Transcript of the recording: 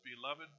beloved